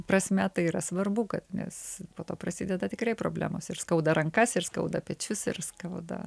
prasme tai yra svarbu kad nes po to prasideda tikrai problemos ir skauda rankas ir skauda pečius ir skauda